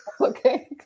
Okay